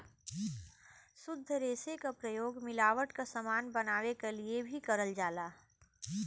शुद्ध रेसे क प्रयोग मिलावट क समान बनावे क लिए भी करल जाला